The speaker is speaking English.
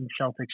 Celtics